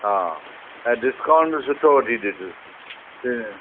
हा ऐं डिस्काउंट बि सुठो वठी ॾिजौसि त